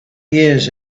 years